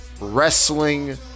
Wrestling